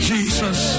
Jesus